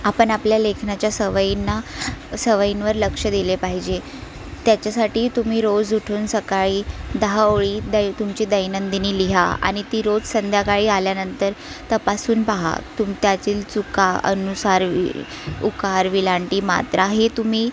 आपण आपल्या लेखनाच्या सवयींना सवयींवर लक्ष दिले पाहिजे त्याच्यासाठी तुम्ही रोज उठून सकाळी दहा ओळी दै तुमची दैनंदिनी लिहा आणि ती रोज संध्याकाळी आल्यानंतर तपासून पहा तुम्ही त्यातील चुका अनुस्वार वि उकार वेलांटी मात्रा हे तुम्ही